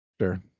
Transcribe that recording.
Sure